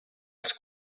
els